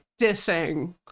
dissing